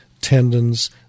tendons